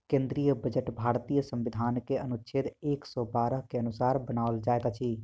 केंद्रीय बजट भारतीय संविधान के अनुच्छेद एक सौ बारह के अनुसार बनाओल जाइत अछि